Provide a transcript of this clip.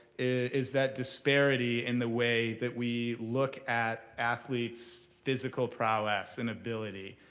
is that disparity in the way that we look at athletes' physical prowess and ability.